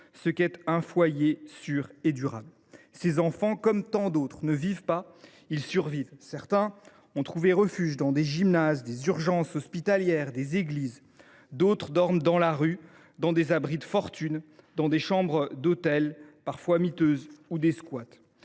ce qu’est un foyer sûr et durable. Ces enfants, comme tant d’autres, ne vivent pas : ils survivent. Certains ont trouvé refuge dans des gymnases, des urgences hospitalières, des églises. D’autres dorment dans la rue, dans des abris de fortune, dans des chambres d’hôtel parfois miteuses ou des squats.